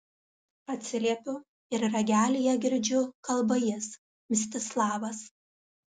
atsiliepiu ir ragelyje girdžiu kalba jis mstislavas